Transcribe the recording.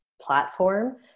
platform